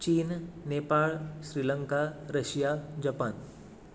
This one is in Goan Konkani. चीन नेपाळ श्रीलंका रशिया जपान